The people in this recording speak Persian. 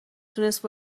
تونست